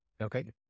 Okay